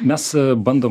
mes bandom